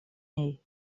ней